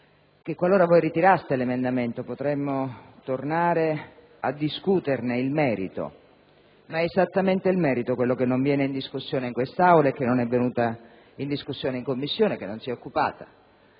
che qualora voi ritiraste l'emendamento potremmo tornare a discuterne il merito. Ma è esattamente il merito quello che non viene in discussione in quest'Aula e che non è venuto in discussione in Commissione, che non si è occupata